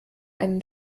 einen